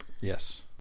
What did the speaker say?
Yes